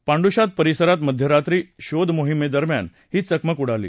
पांडुशात परिसरात मध्यरात्री शोध मोहिने दरम्यान ही चकमक उडाली